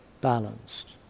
balanced